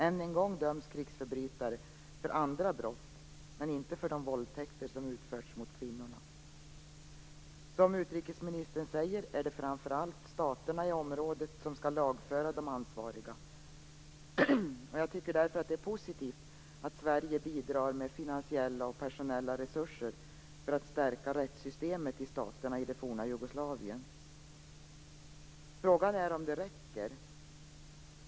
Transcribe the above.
Än en gång döms krigsförbrytare för andra brott men inte för de våldtäkter som utförts mot kvinnorna. Som utrikesministern säger är det framför allt staterna i området som skall lagföra de ansvariga. Jag tycker därför att det är positivt att Sverige bidrar med finansiella och personella resurser för att stärka rättssystemet i staterna i det forna Jugoslavien. Frågan är om det räcker.